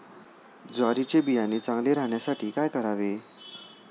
ज्वारीचे बियाणे चांगले राहण्यासाठी काय करावे?